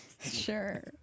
Sure